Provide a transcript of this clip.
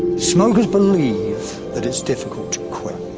smokers believe that its dificult to quit.